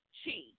chi